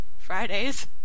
fridays